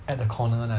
at the corner 那里